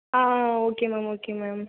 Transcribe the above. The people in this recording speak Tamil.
ஆ ஆ ஓகே மேம் ஓகே மேம்